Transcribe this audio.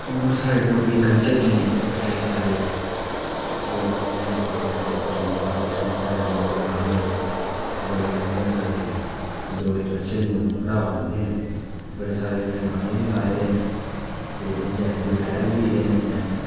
होर साढ़े डोगरी कल्चर च बी बड़े सारे लोक जेह्ड़े जि'नें बड़ी सारियां पर्फार्मेंस बी दित्तियां ते रोमालु राम होर बड़े फेमस साढ़े डोगरी कल्चर नूं बढ़ावा दिंदे न बड़े सारे उ'नें गाने बी गाए दे न ते ओह् जेडईओ रटैर बी होई दे न इस टाईम